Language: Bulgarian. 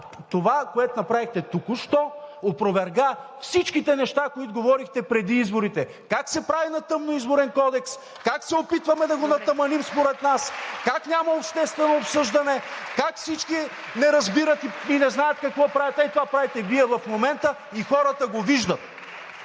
това, което направихте току-що, опроверга всичките неща, които говорихте преди изборите – как се прави на тъмно Изборен кодекс, (ръкопляскания от ГЕРБ-СДС) как се опитваме да го натаманим според нас, как няма обществено обсъждане, как всички не разбират и не знаят какво правят. Ей това правите Вие в момента и хората го виждат!